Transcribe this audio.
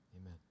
amen